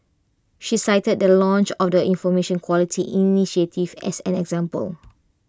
she cited the launch of the Information Quality initiative as an example